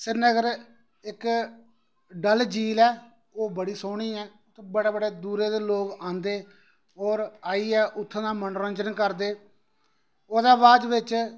श्रीनगर इक डल जील ऐ ओह् बडी़ सोह्नी ऐ बड़ा बड़ा दूरे दे लोक आंदे ना दे और आइयै उत्थें दा मनोरजंन करदे ओहदे बाद बिच